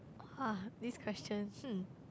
[wah] these questions hmm